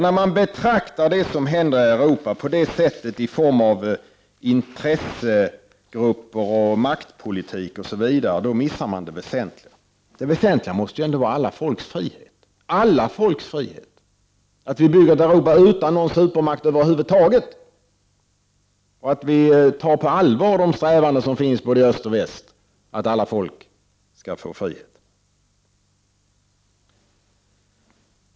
När man betraktar det som händer i Europa som någonting som har att göra med intressegrupper, maktpolitik osv. missar man det väsentliga, för det väsentliga måste väl ändå vara alla folks frihet, detta att vi bygger Europa utan någon supermakt över huvud taget och att vi tar på allvar strävandena i både öst och väst att alla folk skall få frihet.